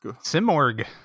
Simorg